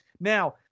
now